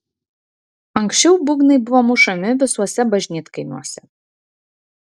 anksčiau būgnai buvo mušami visuose bažnytkaimiuose